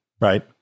right